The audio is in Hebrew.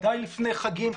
בוודאי לפני חגים,